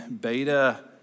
beta